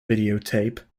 videotape